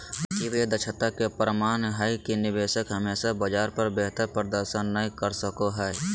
वित्तीय बाजार दक्षता के प्रमाण हय कि निवेशक हमेशा बाजार पर बेहतर प्रदर्शन नय कर सको हय